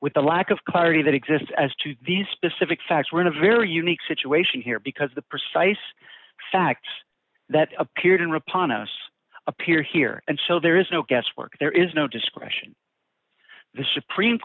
with the lack of clarity that exists as to the specific facts we're in a very unique situation here because the precise facts that appeared in reponse appear here and so there is no guesswork there is no discretion the supreme